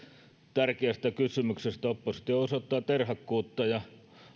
tärkeästä kysymyksestä oppositio osoittaa terhakkuutta ja